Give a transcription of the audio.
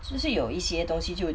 就是有一些东西就